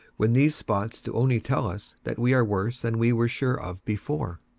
when these spots do only tell us that we are worse than we were sure of before.